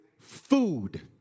food